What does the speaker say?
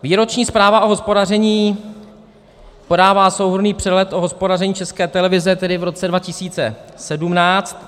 Výroční zpráva o hospodaření podává souhrnný přehled o hospodaření České televize tedy v roce 2017.